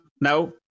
No